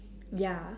ya